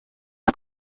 iyo